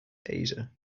asia